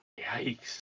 Yikes